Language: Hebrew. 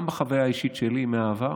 גם בחוויה האישית שלי מהעבר,